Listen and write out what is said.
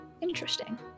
interesting